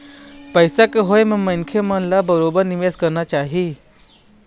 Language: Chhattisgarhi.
पइसा के होय म मनखे मन ल बरोबर निवेश करना चाही